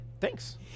thanks